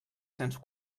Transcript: cents